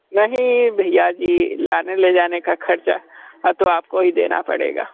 नहीं भईया जी लाने ले जाने का खर्चा तो आपको ही देना पड़ेगा